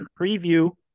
preview